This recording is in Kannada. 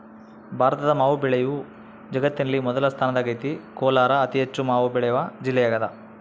ಭಾರತದ ಮಾವು ಬೆಳೆಯು ಜಗತ್ತಿನಲ್ಲಿ ಮೊದಲ ಸ್ಥಾನದಾಗೈತೆ ಕೋಲಾರ ಅತಿಹೆಚ್ಚು ಮಾವು ಬೆಳೆವ ಜಿಲ್ಲೆಯಾಗದ